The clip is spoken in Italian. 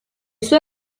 sue